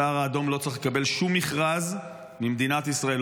בשום אופן הסהר האדום לא צריך לקבל שום מכרז במדינת ישראל,